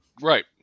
Right